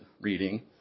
reading